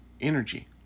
energy